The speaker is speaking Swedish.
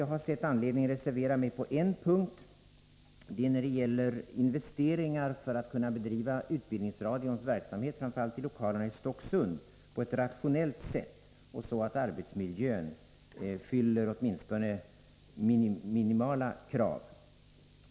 Jag har ansett mig ha anledning att reservera mig på en punkt, nämligen när det gäller investeringar för att kunna bedriva utbildningsradions verksamhet — framför allt i lokalerna i Stocksund — på ett rationellt sätt och så att arbetsmiljön uppfyller åtminstone minimala krav.